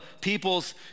people's